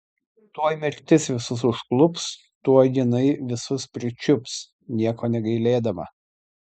tuoj mirtis visus užklups tuoj jinai visus pričiups nieko negailėdama